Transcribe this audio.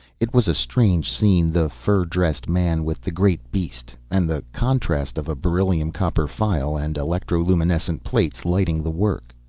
it was a strange scene. the fur-dressed man with the great beast and the contrast of a beryllium-copper file and electroluminescent plates lighting the work.